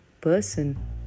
person